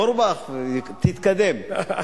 אורבך, תתקדם.